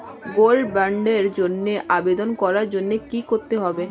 Gold বন্ডের জন্য আবেদন করার জন্য কি করতে হবে?